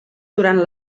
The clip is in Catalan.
durant